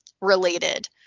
related